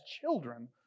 children